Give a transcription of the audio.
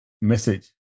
message